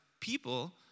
people